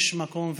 יש מקום,